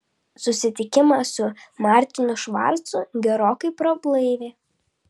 susitikimas su martinu švarcu gerokai prablaivė